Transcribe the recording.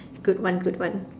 good one good one